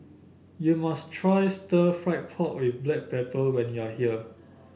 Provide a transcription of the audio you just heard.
you must try Stir Fried Pork with Black Pepper when you are here